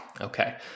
Okay